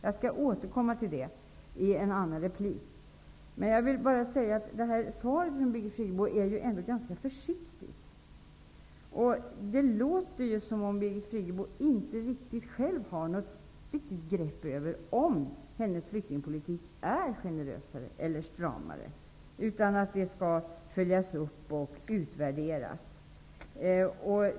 Jag skall återkomma till detta i ett senare inlägg. Det svar som Birgit Friggebo givit är ändå ganska försiktigt. Det låter som om Birgit Friggebo själv inte riktigt har ett grepp om huruvida hennes flyktingpolitik är generösare eller stramare. Det skall följas upp och utvärderas.